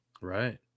Right